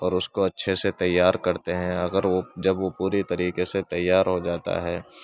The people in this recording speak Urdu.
اور اس کو اچھے سے تیار کرتے ہیں اگر وہ جب وہ پوری طریقے سے تیار ہو جاتا ہے